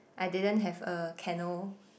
I didn't have a kennel